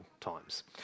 times